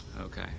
Okay